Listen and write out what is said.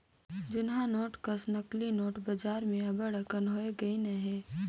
जुनहा नोट कस नकली नोट बजार में अब्बड़ अकन होए गइन अहें